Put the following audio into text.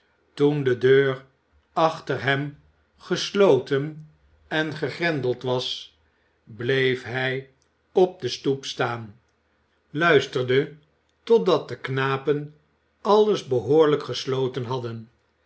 toen de deur achter hem gesloten en gegrendeld was bleef hij op de stoep staan luisterde totdat de knapen alles behoorlijk gesloten hadden